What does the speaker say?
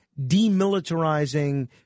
demilitarizing